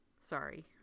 Sorry